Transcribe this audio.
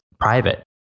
private